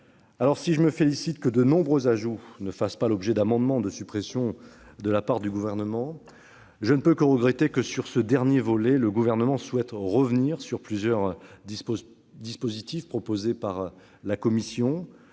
Si je me félicite que de nombreux ajouts n'ont pas fait l'objet d'amendements de suppression de la part du Gouvernement, je ne puis que regretter que, sur ce dernier volet, le Gouvernement souhaite revenir sur plusieurs dispositifs proposés par la commission.